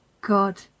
God